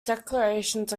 declarations